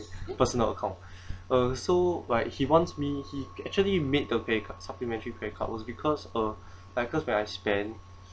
personal account uh so like he wants me he actually made the credit card supplementary card was because uh like because where I spend